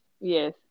Yes